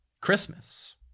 Christmas